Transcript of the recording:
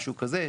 משהו כזה,